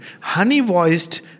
honey-voiced